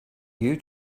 you